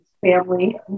family